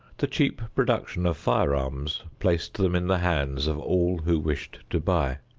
the cheap production of firearms placed them in the hands of all who wished to buy.